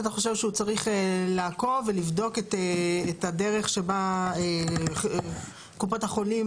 אתה חושב שהוא צריך לעקוב ולבדוק את הדרך שבה קופות החולים,